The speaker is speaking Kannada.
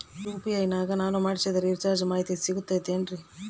ಯು.ಪಿ.ಐ ನಾಗ ನಾನು ಮಾಡಿಸಿದ ರಿಚಾರ್ಜ್ ಮಾಹಿತಿ ಸಿಗುತೈತೇನ್ರಿ?